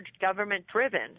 government-driven